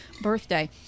birthday